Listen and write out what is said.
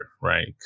right